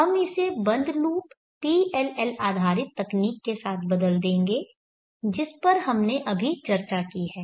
हम इसे बंद लूप PLL आधारित तकनीक के साथ बदल देंगे जिस पर हमने अभी चर्चा की है